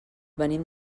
venim